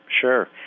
Sure